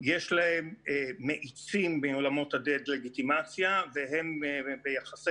יש להם מאיצים בעולמות הדה-לגיטימציה והם ביחסי